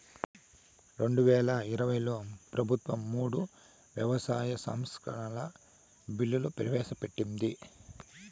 రెండువేల ఇరవైలో ప్రభుత్వం మూడు వ్యవసాయ సంస్కరణల బిల్లులు ప్రవేశపెట్టింది